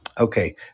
Okay